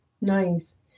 Nice